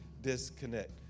disconnect